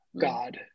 God